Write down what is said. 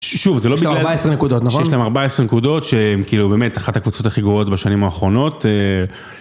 שוב, זה לא בגלל שיש להם 14 נקודות, שיש להם 14 נקודות שהם כאילו באמת אחת הקבוצות הכי גרועות בשנים האחרונות.